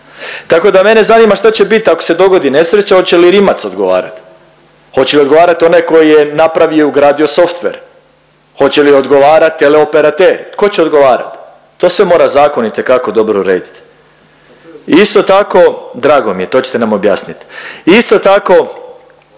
Tako da mene zanima šta će bit ako se dogodi nesreće, hoće li Rimac odgovarat. Hoće li odgovarat onaj koji je napravio i ugradio softver? Hoće li odgovarat teleoperateri? Tko će odgovarat? To sve mora zakon itekako dobro uredit. Isto tako, drago mi je to čete nam objasnit. I isto tako